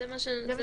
זה מה שהצענו.